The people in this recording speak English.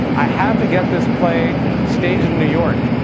i have to get this play staged in new york.